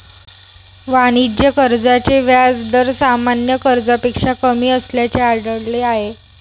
वाणिज्य कर्जाचे व्याज दर सामान्य कर्जापेक्षा कमी असल्याचे आढळले आहे